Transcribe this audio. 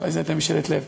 אולי זו הייתה משאלת לב.